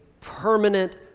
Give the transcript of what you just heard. permanent